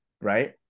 Right